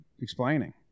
explaining